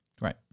Right